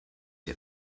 der